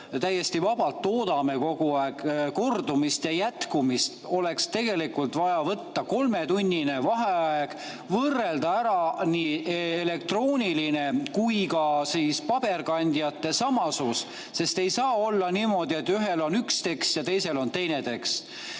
täiesti vabalt toodame, kordumist ja jätkumist, oleks tegelikult vaja võtta kolmetunnine vaheaeg ning võrrelda üle elektroonilisel kujul ja paberkandjal [esitatu] samasus, sest ei saa olla niimoodi, et ühel on üks tekst ja teisel on teine tekst.